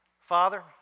Father